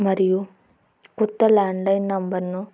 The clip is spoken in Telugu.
మరియు కొత్త ల్యాండ్లైన్ నెంబర్ను